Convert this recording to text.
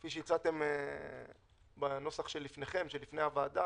כפי שהצעתם בנוסח שלפני הוועדה,